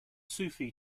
sufi